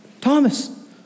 Thomas